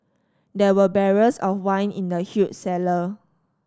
there were barrels of wine in the huge cellar